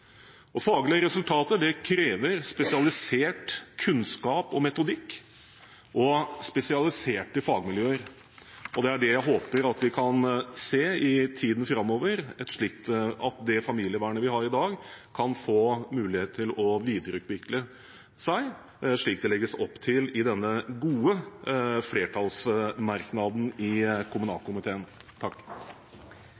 Faglige resultater krever spesialisert kunnskap om metodikk og spesialiserte fagmiljøer. Jeg håper at vi i tiden framover kan se at det familievernet vi har i dag, kan få mulighet til å videreutvikle seg, slik det legges opp til i den gode flertallsmerknaden fra kommunalkomiteen.